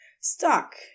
stuck